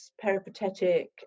peripatetic